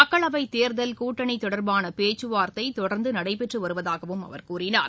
மக்களவை தேர்தல் கூட்டணி தொடர்பான பேச்சுவார்த்தை தொடர்ந்து நடைபெற்று வருவதாகவும் அவர் கூறினார்